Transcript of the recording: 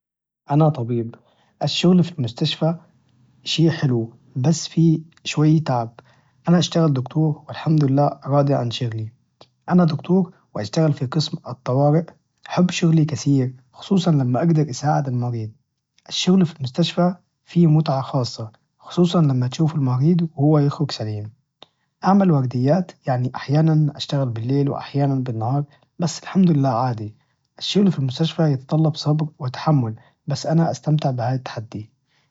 أنا طبيب، الشغل في المستشفى شي حلو بس فيه شوي تعب، أنا اشتغل دكتور والحمد لله راضي عن شغلي، أنا دكتور واشتغل في قسم الطوارئ، أحب شغلي كثير خصوصا لما أقدر أساعد المريض، الشغل في المستشفى فيه متعة خاصة خصوصا لما تشوف المريض وهو يخرج سليم، أعمل ورديات يعني أحيانا أشتغل بالليل وأحيانا بالنهار بس الحمد لله عادي، الشغل في المستشفى يتطلب صبر وتحمل بس أنا استمتع بهذا التحدي.